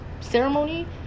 ceremony